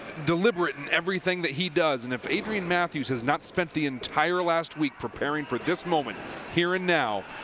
deliberate in everything that he does, and if adrian matthews has not spent the entire last week preparing for this moment here and now.